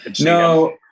no